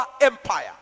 empire